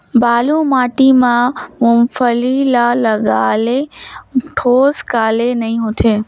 बालू माटी मा मुंगफली ला लगाले ठोस काले नइ होथे?